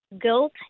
guilt